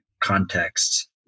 contexts